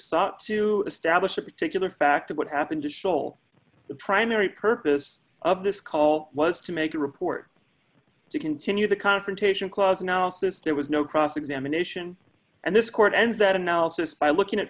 sought to establish a particular fact of what happened to sol the primary purpose of this call was to make a report to continue the confrontation clause analysis there was no cross examination and this court ends that analysis by looking at